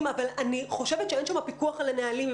אבל אני חושבת שאין שם פיקוח על הנהלים,